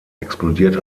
explodiert